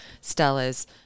Stella's